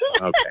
Okay